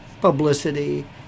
Publicity